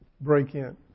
break-in